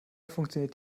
funktioniert